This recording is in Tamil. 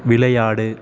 விளையாடு